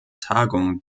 tagung